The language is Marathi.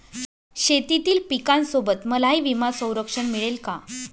शेतीतील पिकासोबत मलाही विमा संरक्षण मिळेल का?